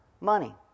money